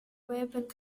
weinberg